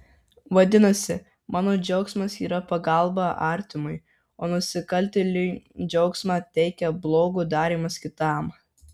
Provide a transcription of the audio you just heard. vadinasi mano džiaugsmas yra pagalba artimui o nusikaltėliui džiaugsmą teikia blogo darymas kitam